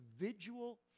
individual